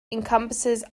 encompasses